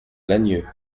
lagnieu